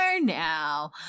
now